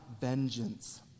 vengeance